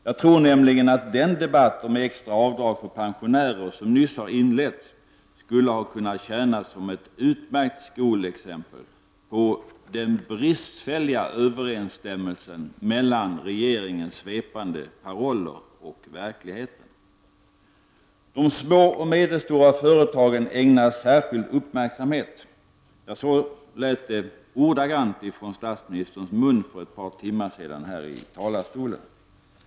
Jag tror nämligen att den debatt som nyss har inletts om extra avdrag för pensionärer skulle ha kunnat tjäna som ett utmärkt skolexempel på den bristfälliga överensstämmelsen mellan regeringens svepande paroller och verkligheten. De små och medelstora företagen ägnas särskild uppmärksamhet. Så sade statsministern ordagrant från talarstolen för ett par timmar sedan.